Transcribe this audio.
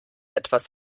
etwas